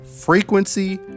frequency